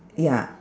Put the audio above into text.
ya